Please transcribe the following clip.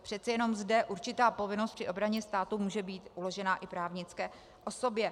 Přece jenom zde určitá povinnost při obraně státu může být uložena i právnické osobě.